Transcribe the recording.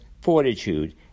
fortitude